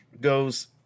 goes